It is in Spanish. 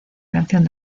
canción